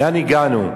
לאן הגענו?